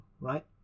right